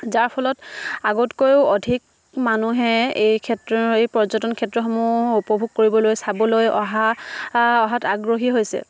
যাৰ ফলত আগতকৈও অধিক মানুহে এই ক্ষেত্ৰ এই পৰ্যটন ক্ষেত্ৰসমূহ উপভোগ কৰিবলৈ চাবলৈ অহাত আগ্ৰহী হৈছে